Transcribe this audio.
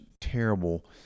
terrible